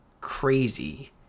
crazy